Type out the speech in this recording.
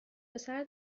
پسر